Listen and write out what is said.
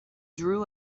drew